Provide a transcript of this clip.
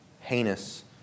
heinous